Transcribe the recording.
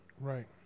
Right